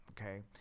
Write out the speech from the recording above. okay